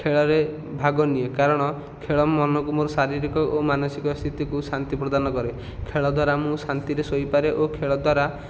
ଖେଳରେ ଭାଗ ନିଏ କାରଣ ଖେଳ ମନକୁ ମୋର ଶାରୀରିକ ଓ ମାନସିକ ସ୍ଥିତିକୁ ଶାନ୍ତି ପ୍ରଦାନ କରେ ଖେଳଦ୍ଵାରା ମୁଁ ଶାନ୍ତିରେ ଶୋଇପାରେ ଓ ଖେଳଦ୍ଵାରା